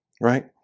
Right